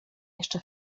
jeszcze